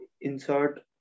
insert